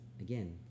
Again